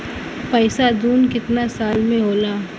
पैसा दूना कितना साल मे होला?